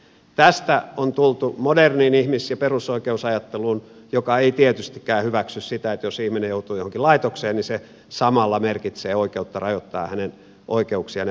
tästä on tultu moderniin ihmis ja perusoikeusajatteluun joka ei tietystikään hyväksy sitä että jos ihminen joutuu johonkin laitokseen niin se samalla merkitsee oikeutta rajoittaa hänen oikeuksiaan ja vapauksiaan